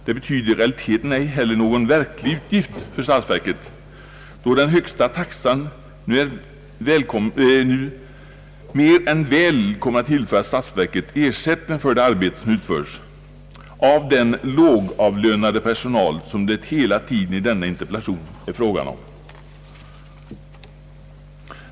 Det betyder i realiteten ej heller någon verklig utgift för statsverket då den höjda taxan mer än väl kommer att tillföra statsverket ersättning från sakägarna för det arbete som utförs av den lågavlönade personal, som det hela tiden i denna interpellation är fråga om.